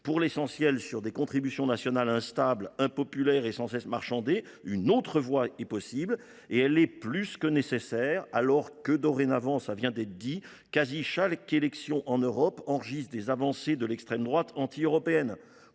pour l’essentiel sur des contributions nationales instables, impopulaires et sans cesse marchandées. Une autre voie est possible et elle est plus que nécessaire, alors que dorénavant quasiment chaque élection en Europe enregistre des avancées de l’extrême droite anti européenne.